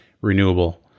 renewable